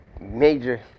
major